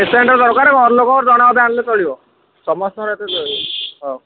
ପେସେଣ୍ଟ୍ର ଦରକାର ଘର ଲୋକଙ୍କର ଜଣେ ଅଧେ ଆଣିଲେ ଚଳିବ ସମସ୍ତଙ୍କର ଏଠି ଏତେ ହଁ